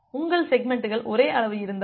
உங்கள் செக்மன்ட்கள் ஒரே அளவு இருந்தால்